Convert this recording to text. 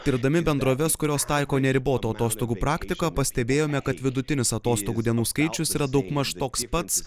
tirdami bendroves kurios taiko neribotų atostogų praktiką pastebėjome kad vidutinis atostogų dienų skaičius yra daugmaž toks pats